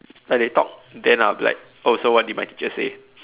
like they talk then I'll be like oh so what did my teacher say